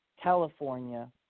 California